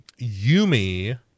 Yumi